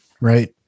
Right